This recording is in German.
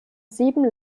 sieben